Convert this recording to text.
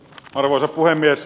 arvoisa puhemies